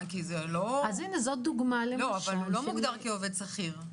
הוא לא מוגדר כעובד שכיר.